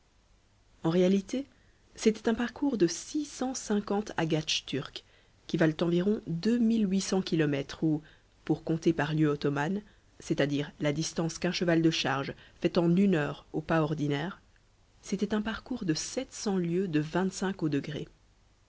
en réalité c'était un parcours de six cent cinquante agatchs turcs qui valent environ deux mille huit cents kilomètres ou pour compter par lieue ottomane c'est-à-dire la distance qu'un cheval de charge fait en une heure au pas ordinaire c'était un parcours de sept cents lieues de vingt-cinq au degré